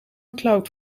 claude